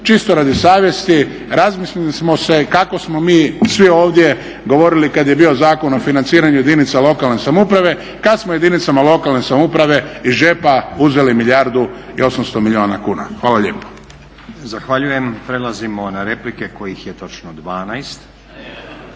čisto radi savjesti … kako smo mi svi ovdje govorili kad je bio Zakon o financiranju jedinica lokalne samouprave, kad smo jedinicama lokalne samouprave iz džepa uzeli milijardu i 800 milijuna kuna. **Stazić, Nenad (SDP)** Zahvaljujem. Prelazimo na replike kojih je točno 12.